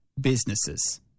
businesses